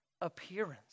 appearance